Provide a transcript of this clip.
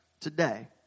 today